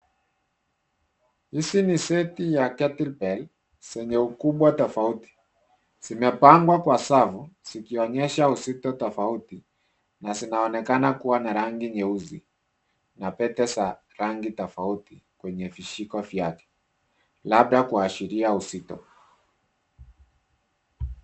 Hizi ni seti ya kettle bell zenye ukubwa tofauti. Zimepangwa kwa safu zikionyesha uzito tofauti na zinaonekana kuwa na rangi nyeusi na pete za rangi tofauti kwenye vishiko vyake, labda kuashiria uzito.